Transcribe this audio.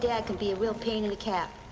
yeah can be a real pain in the cap.